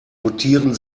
notieren